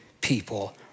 people